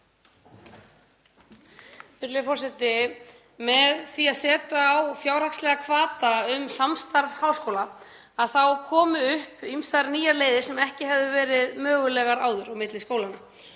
Virðulegur forseti. Með því að setja á fjárhagslega hvata um samstarf háskóla þá komu upp ýmsar nýjar leiðir sem ekki hefðu verið mögulegar áður milli skólanna.